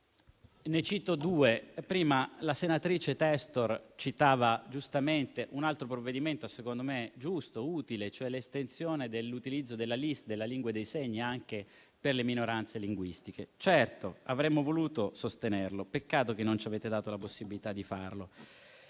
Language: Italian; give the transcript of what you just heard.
ne cito due. Prima la senatrice Testor ricordava un'altra misura, secondo me giusta e utile, vale a dire l'estensione dell'utilizzo della LIS, della lingua dei segni anche per le minoranze linguistiche: certo, avremmo voluto sostenerla. Peccato che non ci avete dato la possibilità di farlo.